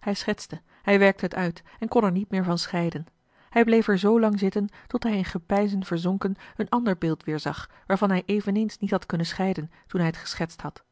hij schetste hij werkte t uit en kon er niet meer van scheiden hij bleef er zoolang zitten tot hij in gepeinzen verzonken een ander beeld weerzag waarvan hij eveneens niet had kunnen scheiden toen hij t geschetst had